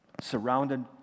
surrounded